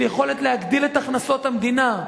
של יכולת להגדיל את הכנסות המדינה,